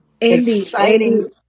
exciting